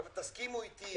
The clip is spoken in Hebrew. אבל תסכימו אתי,